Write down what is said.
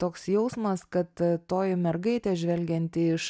toks jausmas kad toji mergaitė žvelgianti iš